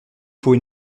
faut